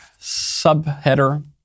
subheader